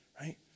right